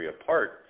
apart